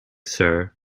sir